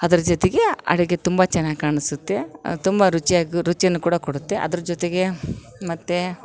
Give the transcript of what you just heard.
ಅದ್ರ ಜೊತೆಗೆ ಅಡುಗೆ ತುಂಬ ಚೆನ್ನಾಗ್ ಕಾಣಿಸುತ್ತೆ ತುಂಬ ರುಚಿಯಾಗಿ ರುಚಿ ಕೂಡ ಕೊಡುತ್ತೆ ಅದ್ರ ಜೊತೆಗೆ ಮತ್ತು